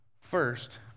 First